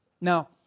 Now